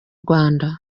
rwanda